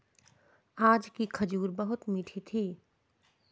आज की खजूर बहुत मीठी थी